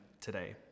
today